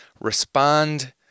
respond